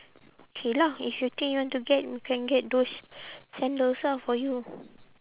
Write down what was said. K lah if you think you want to get you can get those sandals ah for you